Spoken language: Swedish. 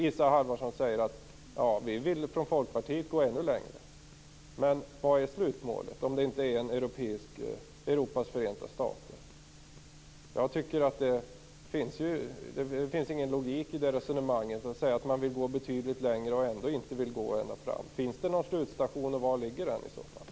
Isa Halvarsson säger att Folkpartiet vill gå ännu längre. Men vilket är slutmålet - om det inte är ett Europas förenta stater? Jag tycker inte att det finns någon logik i resonemanget när man säger att man vill gå betydligt längre, och ändå inte vill gå ända fram. Finns det någon slutstation, och var ligger den i så fall?